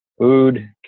food